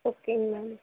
ஓகேங்க மேம்